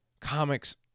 Comics